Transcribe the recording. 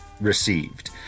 received